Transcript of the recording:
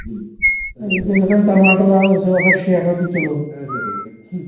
یِم چھِ گژھان ٹماٹر اَز شیٹھ رۄپیہِ کِلوٗ